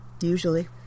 Usually